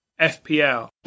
FPL